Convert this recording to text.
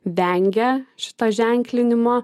vengia šito ženklinimo